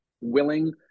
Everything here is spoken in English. willing